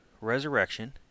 resurrection